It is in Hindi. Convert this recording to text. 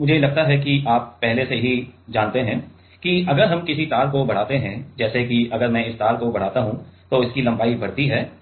मुझे लगता है कि आप पहले से ही जानते हैं कि अगर हम किसी तार को बढ़ाते हैं जैसे कि अगर मैं इस तार को बढ़ाता हूं तो इसकी लंबाई बढ़ती है